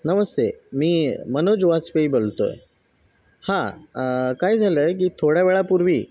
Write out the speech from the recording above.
नमस्ते मी मनोज वाजपेयी बोलतो आहे हां काय झालं आहे की थोड्या वेळापूर्वी